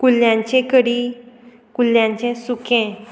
कुल्ल्यांचे कडी कुल्ल्यांचें सुकें